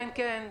כן, כן.